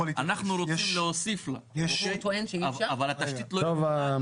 אנחנו רוצים להוסיף לה אבל התשתית לא יכולה לקלוט.